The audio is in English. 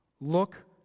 look